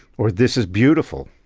or this is beautiful.